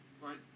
right